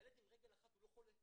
ילד עם רגל אחת הוא לא חולה,